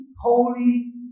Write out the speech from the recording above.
holy